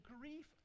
grief